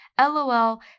LOL